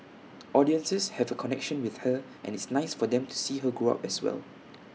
audiences have A connection with her and it's nice for them to see her grow up as well